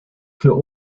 für